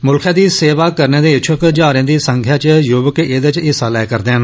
मुल्खै दी सेवां करने दे इच्छुक जहारें दी संख्या च युवक एहदे च हिस्सा लै करदे न